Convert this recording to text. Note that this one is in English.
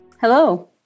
Hello